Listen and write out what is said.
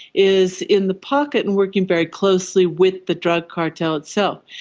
is in the pocket and working very closely with the drug cartel itself.